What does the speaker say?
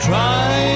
Try